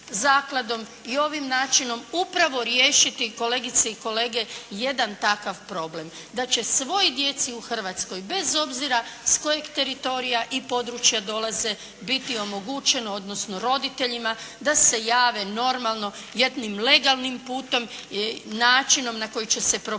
i ovim načinom upravo riješiti kolegice i kolege jedan takav problem, da će svoj djeci u Hrvatskoj bez obzira iz kojeg teritorija i područja dolaze, biti omogućeno, odnosno roditeljima da se jave normalno jednim legalnim putem, načinom na koji će se propisati